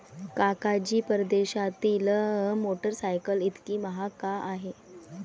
काका जी, परदेशातील मोटरसायकल इतकी महाग का आहे?